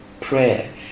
prayer